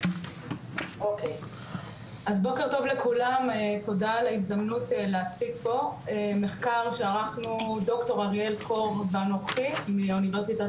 תודה על ההזדמנות להציג פה מחקר שערכנו דוקטור אריאל קור ואנוכי מאוניברסיטת